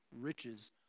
riches